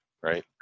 right